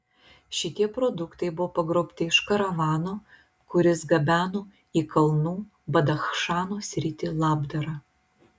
šitie produktai buvo pagrobti iš karavano kuris gabeno į kalnų badachšano sritį labdarą